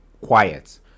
quiet